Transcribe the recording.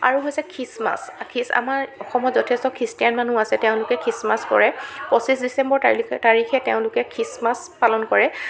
আৰু হৈছে খ্ৰীষ্টমাচ খীচ আমাৰ অসমত যথেষ্ট খ্ৰীষ্টান মানুহ আছে তেওঁলোকে খ্ৰীষ্টমাচ কৰে পঁচিছ ডিচেম্বৰ তালিখে তাৰিখে তেওঁলোকে খিচমাছ পালন কৰে